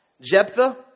Jephthah